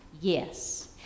Yes